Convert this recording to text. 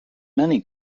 many